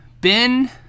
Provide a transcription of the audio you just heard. Ben